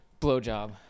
Blowjob